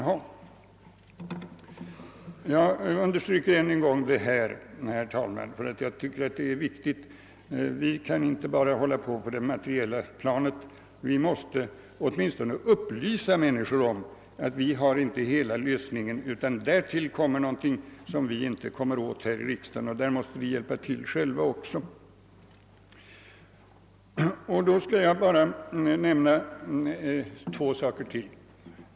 Vi kan inte bara hålla oss på det materiella planet. Jag understryker detta än en gång, herr talman, ty jag tycker att det är så viktigt. Vi måste åtminstone upplysa människorna om att vi inte har hela lösningen, när vi här talar om standarden, utan att det fordras något därutöver som vi visserligen inte kommer åt här i riksdagen, någonting som människorna själva måste hjälpa till med. Jag skall bara beröra två saker till.